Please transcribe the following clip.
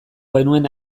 genuen